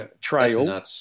trail